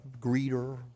greeter